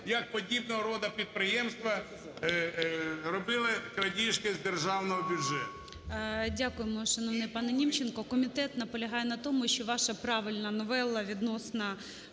як подібного роду підприємства робили крадіжки з державного бюджету.